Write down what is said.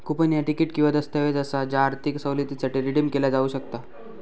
coupon ह्या ticket किंवा दस्तऐवज असा ज्या आर्थिक सवलतीसाठी रिडीम केला जाऊ शकता